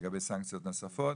לגבי סנקציות נוספות.